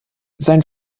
sein